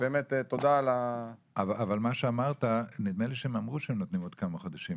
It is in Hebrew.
תודה על --- נדמה לי שהם אמרו שהם נותנים עוד כמה חודשים,